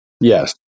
Yes